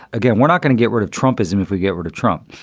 again, we're not going to get rid of trump ism if we get rid of trump.